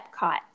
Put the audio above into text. Epcot